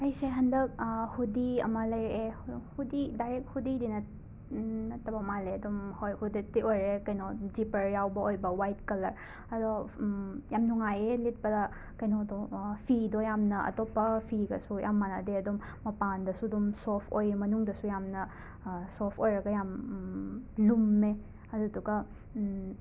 ꯑꯩꯁꯦ ꯍꯟꯗꯛ ꯍꯨꯗꯤ ꯑꯃ ꯂꯩꯔꯛꯑꯦ ꯍꯨꯗꯤ ꯗꯥꯏꯔꯦꯛ ꯍꯨꯗꯤꯗꯤ ꯅꯠ ꯅꯠꯇꯕ ꯃꯥꯜꯂꯦ ꯑꯗꯨꯝ ꯍꯣꯏ ꯍꯨꯗꯦꯗꯇꯤ ꯑꯣꯏꯔꯦ ꯀꯩꯅꯣ ꯖꯤꯞꯄꯔ ꯌꯥꯎꯕ ꯑꯣꯏꯕ ꯋꯥꯏꯠ ꯀꯂꯔ ꯑꯗꯣ ꯌꯥꯝ ꯅꯨꯡꯉꯥꯏꯌꯦ ꯂꯤꯠꯄꯗ ꯀꯩꯅꯣꯗꯣ ꯐꯤꯗꯣ ꯌꯥꯝꯅ ꯑꯇꯣꯞꯄ ꯐꯤꯒꯁꯨ ꯌꯥꯝ ꯃꯥꯟꯅꯗꯦ ꯑꯗꯨꯝ ꯃꯄꯥꯟꯗꯁꯨ ꯑꯗꯨꯝ ꯁꯣꯐ ꯑꯣꯏꯌꯦ ꯃꯅꯨꯡꯗꯁꯨ ꯌꯥꯝꯅ ꯁꯣꯐ ꯑꯣꯏꯔꯒ ꯌꯥꯝ ꯂꯨꯝꯃꯦ ꯑꯗꯨꯗꯨꯒ